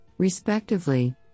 respectively